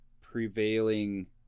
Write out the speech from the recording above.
prevailing